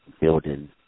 building